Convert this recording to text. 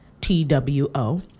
T-W-O